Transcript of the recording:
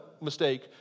mistake